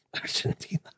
argentina